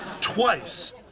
Twice